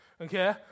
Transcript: Okay